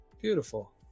Beautiful